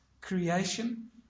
creation